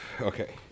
Okay